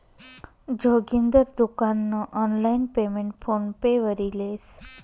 जोगिंदर दुकान नं online payment PhonePe वरी लेस